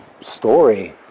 story